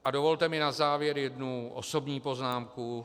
A dovolte mi na závěr jednu osobní poznámku.